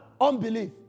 unbelief